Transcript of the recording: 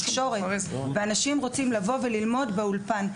אנשים רוצים לבוא וללמוד באולפן.